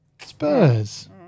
Spurs